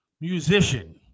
musician